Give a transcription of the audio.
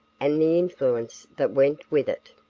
and the influence that went with it.